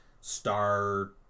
star